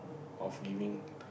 of giving